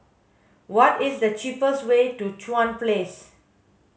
what is the cheapest way to Chuan Place